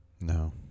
No